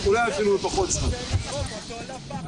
על פי מה שאני מבינה, אתה מנהל אגף אתרי רחצה